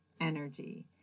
energy